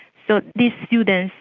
so these students,